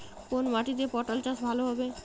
কোন মাটিতে পটল চাষ ভালো হবে?